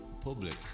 public